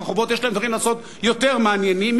יש להם לעשות דברים יותר מעניינים,